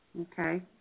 Okay